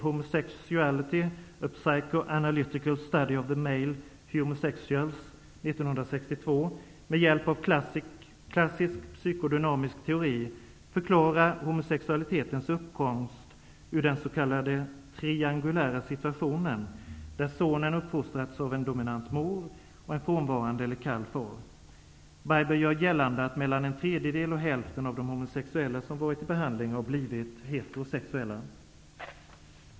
Homosexuals'', 1962, med hjälp av klassisk psykodynamisk teori förklara homosexualitetens uppkomst ur den s.k. triangulära situationen, där sonen uppfostrats av en dominant mor och en frånvarande eller kall far. Bieber gör gällande att mellan en tredjedel och hälften av de homosexuella som varit i behandling har blivit heterosexuella.